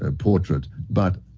and portrait but